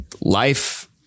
life